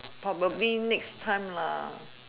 probably next time